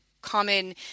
common